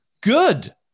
Good